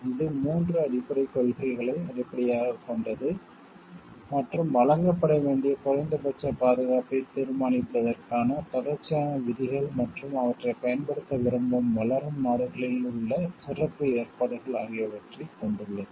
இது 3 அடிப்படைக் கொள்கைகளை அடிப்படையாகக் கொண்டது மற்றும் வழங்கப்பட வேண்டிய குறைந்தபட்ச பாதுகாப்பைத் தீர்மானிப்பதற்கான தொடர்ச்சியான விதிகள் மற்றும் அவற்றைப் பயன்படுத்த விரும்பும் வளரும் நாடுகளில் உள்ள சிறப்பு ஏற்பாடுகள் ஆகியவற்றைக் கொண்டுள்ளது